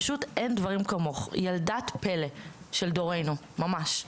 פשוט אין דברים כמוך ילדת פלא של דורנו ממש.